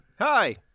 Hi